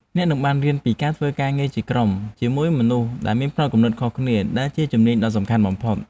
អ្នកនឹងបានរៀនពីការធ្វើការងារជាក្រុមជាមួយមនុស្សដែលមានផ្នត់គំនិតខុសគ្នាដែលជាជំនាញដ៏សំខាន់បំផុត។